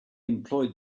employed